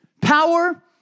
power